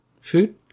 Food